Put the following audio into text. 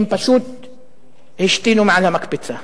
הם פשוט השתינו מעל המקפצה.